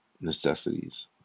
necessities